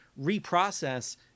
reprocess